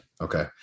Okay